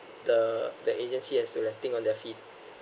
the the agency has to like think on their feet